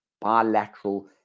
bilateral